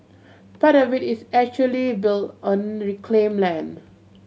part of it is actually built on reclaimed land